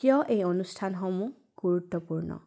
কিয় এই অনুষ্ঠানসমূহ গুৰুত্বপূৰ্ণ